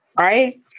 right